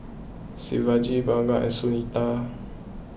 Shivaji Bhagat and Sunita